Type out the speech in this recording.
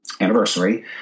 anniversary